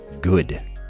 good